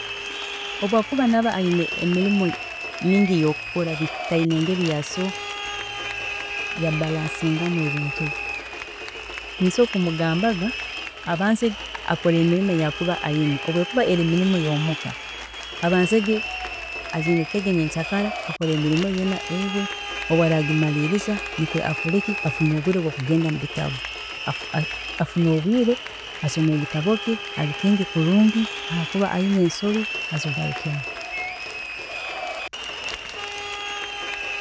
Obu akuba naaba ayine emirimo nyingi eyokukora, asobola kumugambaga abanze akole ayine kukora obu ekuba eri mirimo yomuka, abanzege azindukege nyenkya kara akore emirimo ye obu aragimaliiliza, nikwe afune obwiire obwokugenda mubitabo, afune obwiire, asome ebitabo bye ahike kurungi hakuba ayine ensobi azigarukemu